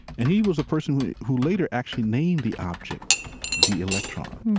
and he was a person who who later actually named the object the electron.